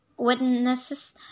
witnesses